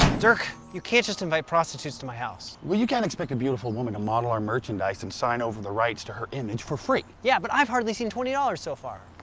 dirk, you can't just invite prostitutes to my house. well, you can't expect a beautiful woman to model our merchandise and sign over the rights to her image for free. yeah, but i've hardly seen twenty dollars, so far.